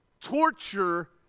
torture